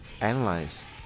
Analyze